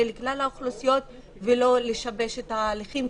לכלל האוכלוסיות ולא לשבש את התהליכים.